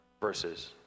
verses